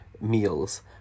meals